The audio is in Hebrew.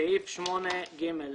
(3)סעיף 8(ג)